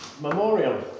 Memorial